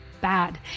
bad